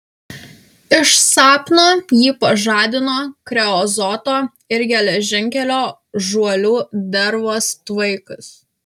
iš sapno jį pažadino kreozoto ir geležinkelio žuolių dervos tvaikas